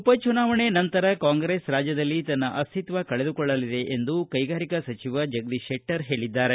ಉಪ ಚುನಾವಣೆ ನಂತರ ಕಾಂಗ್ರೆಸ್ ರಾಜ್ಯದಲ್ಲಿ ತನ್ನ ಅಸ್ತಿತ್ವ ಕಳೆದುಕೊಳ್ಳಲಿದೆ ಎಂದು ಭಾರಿ ಕೈಗಾರಿಕೆ ಸಚಿವ ಜಗದೀಶ್ ಶೆಟ್ಟರ್ ಹೇಳಿದ್ದಾರೆ